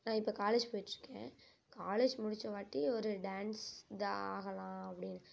நான் இப்போ காலேஜ் போய்ட்டுருக்கேன் காலேஜ் முடிச்ச வாட்டி ஒரு டான்ஸ் இது ஆகலாம் அப்படின்னு